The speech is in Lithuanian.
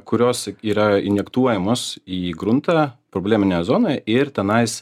kurios yra injektuojamos į gruntą probleminę zoną ir tenais